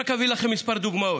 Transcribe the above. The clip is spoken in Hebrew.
רק אביא לכם כמה דוגמאות.